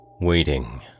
Waiting